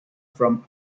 from